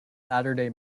saturday